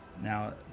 Now